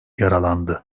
yaralandı